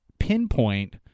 pinpoint